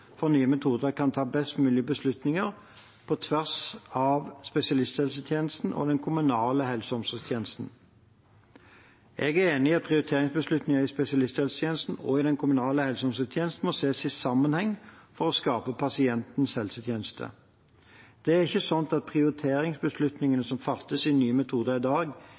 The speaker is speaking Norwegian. for nye metoder kan ta best mulige beslutninger på tvers av spesialisthelsetjenesten og den kommunale helse- og omsorgstjenesten. Jeg er enig i at prioriteringsbeslutninger i spesialisthelsetjenesten og i den kommunale helse- og omsorgstjenesten må ses i sammenheng for å skape pasientens helsetjeneste. Det er ikke sånn at prioriteringsbeslutningene som fattes i Nye metoder i dag,